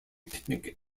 picnic